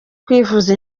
kwivuza